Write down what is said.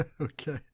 Okay